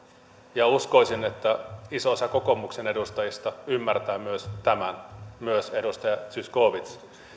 uskoisin että myös iso osa kokoomuksen edustajista ymmärtää tämän myös edustaja zyskowicz